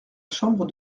chambre